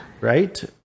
right